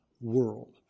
world